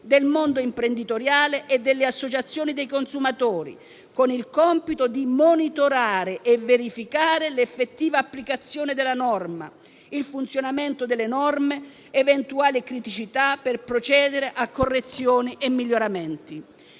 del mondo imprenditoriale e delle associazioni dei consumatori, con il compito di monitorare e verificare l'effettiva applicazione della misura, il funzionamento delle norme ed eventuali criticità, per procedere a correzioni e miglioramenti.